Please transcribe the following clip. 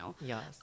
Yes